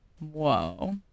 Whoa